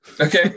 Okay